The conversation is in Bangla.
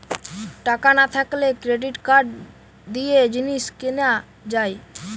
টাকা না থাকলে ক্রেডিট কার্ড দিয়ে জিনিস কিনা যায়